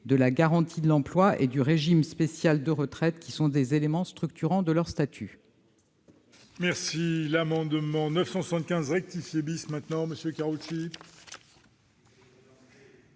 de la garantie de l'emploi et du régime spécial de retraite, qui sont des éléments structurants de leur statut.